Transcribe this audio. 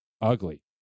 ugly